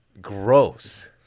Gross